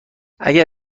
اگه